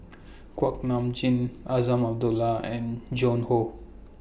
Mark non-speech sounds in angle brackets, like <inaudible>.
<noise> Kuak Nam Jin Azman Abdullah and Joan Hon